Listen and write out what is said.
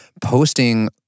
posting